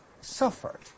suffered